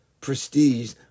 prestige